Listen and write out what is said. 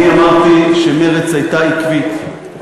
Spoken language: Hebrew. אני אמרתי שמרצ הייתה עקבית.